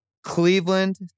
Cleveland